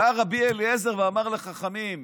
בא רבי אליעזר ואמר לחכמים: